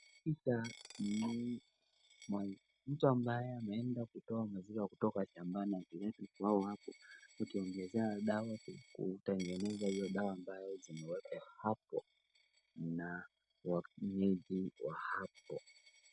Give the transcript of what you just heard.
Hii picha ni ya mtu ambaye ameenda kutoa maziwa akitoa shambani akileta kwao hapo, akiongezea dawa kutengeneza hiyo dawa ambayo zimewekwa hapo na mwenyeji wa hapo.